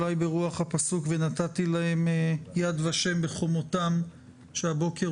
אולי ברוח הפסוק "ונתתי להם יד ושם בחומותם" שהבוקר